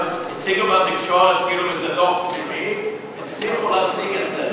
הציגו בתקשורת כאילו זה דוח פנימי והצליחו להשיג את זה.